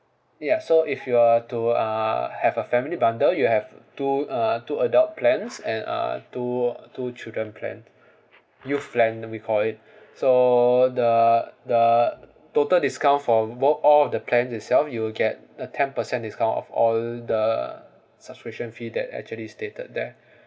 ya so if you're to uh have a family bundle you have two uh two adult plans and uh two two children plan new plan we call it so the the total discount for wo~ all the plan itself you will get a ten percent discount of all the subscription fee that actually stated there